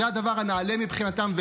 זה הדבר הנעלה מבחינתם.